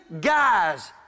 guys